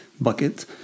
bucket